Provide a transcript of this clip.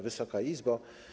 Wysoka Izbo!